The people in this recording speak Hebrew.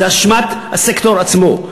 זה אשמת הסקטור עצמו.